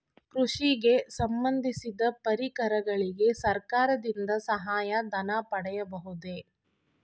ಕೃಷಿಗೆ ಸಂಬಂದಿಸಿದ ಪರಿಕರಗಳಿಗೆ ಸರ್ಕಾರದಿಂದ ಸಹಾಯ ಧನ ಪಡೆಯಬಹುದೇ?